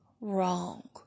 wrong